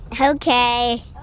Okay